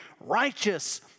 righteous